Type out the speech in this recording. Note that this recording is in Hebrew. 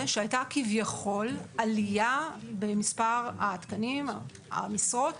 שהייתה כביכול עלייה במספר התקנים והמשרות